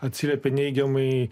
atsiliepė neigiamai